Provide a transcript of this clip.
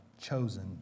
chosen